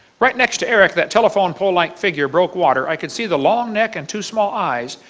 right next to eric that telephone pole-like figure broke water, i could see the long neck and two small eyes.